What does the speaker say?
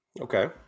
Okay